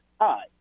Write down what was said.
Hi